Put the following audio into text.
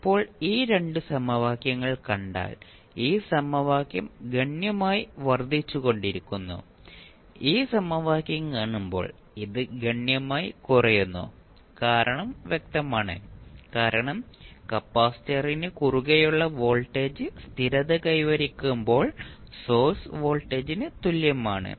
ഇപ്പോൾ ഈ 2 സമവാക്യങ്ങൾ കണ്ടാൽ ഈ സമവാക്യം ഗണ്യമായി വർദ്ധിച്ചുകൊണ്ടിരിക്കുന്നു ഈ സമവാക്യം കാണുമ്പോൾ ഇത് ഗണ്യമായി കുറയുന്നു കാരണം വ്യക്തമാണ് കാരണം കപ്പാസിറ്ററിന് കുറുകെയുള്ള വോൾട്ടേജ് സ്ഥിരത കൈവരിക്കുമ്പോൾ സോഴ്സ് വോൾട്ടേജിന് തുല്യമാണ്